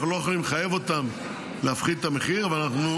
אנחנו לא יכולים לחייב אותם להפחית את המחיר אבל אנחנו